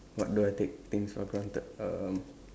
what do I take things for granted um